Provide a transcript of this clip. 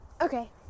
Okay